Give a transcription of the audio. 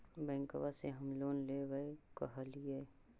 बैंकवा से हम लोन लेवेल कहलिऐ?